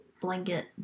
blanket